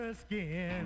skin